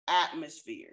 atmosphere